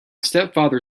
stepfather